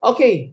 Okay